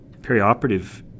Perioperative